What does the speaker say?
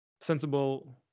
sensible